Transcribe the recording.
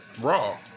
Raw